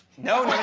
no,